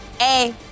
A-